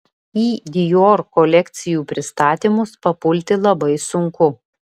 į dior kolekcijų pristatymus papulti labai sunku